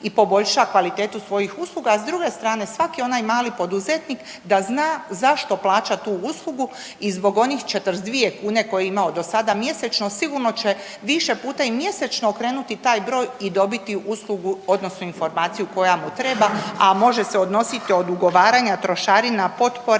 i poboljša kvalitetu svojih usluga, a s druge strane svaki onaj mali poduzetnik da zna zašto plaća tu uslugu i zbog onih 42 kune koje je imao do sada mjesečno sigurno će više puta i mjesečno okrenuti taj broj i dobiti uslugu, odnosno informaciju koja mu treba, a može se odnositi od ugovaranja trošarina, potpora,